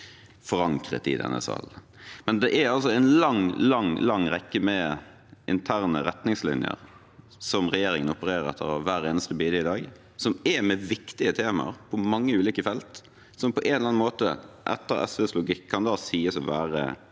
forankret i denne salen. Men det er en lang, lang, lang rekke med interne retningslinjer som regjeringen opererer etter hver eneste bidige dag, og som gjelder for viktige temaer på mange ulike felt, som på en eller annen måte etter SVs logikk kan sies å være